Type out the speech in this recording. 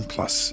Plus